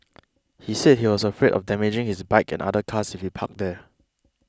he said he was afraid of damaging his bike and other cars if he parked there